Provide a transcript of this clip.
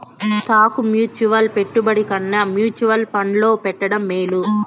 stock mutual పెట్టుబడి కన్నా mutual ఫండ్లో పెట్టడం మేలు